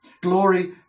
Glory